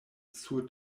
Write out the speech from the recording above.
sur